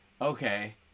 okay